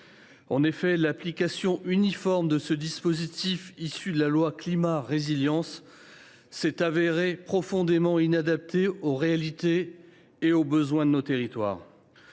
L’application uniforme de ce dispositif issu de la loi Climat et Résilience s’est avérée profondément inadaptée aux réalités et aux besoins de ces derniers.